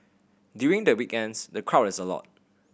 during the weekends the crowd is a lot